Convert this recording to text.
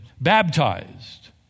baptized